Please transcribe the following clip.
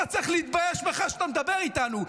אתה צריך להתבייש בכלל שאתה מדבר איתנו,